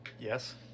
Yes